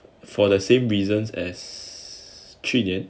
for the same reasons as 去年